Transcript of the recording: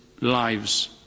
lives